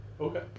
Okay